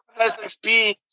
SXP